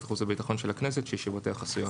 החוץ והביטחון של הכנסת שישיבותיה חסויות"."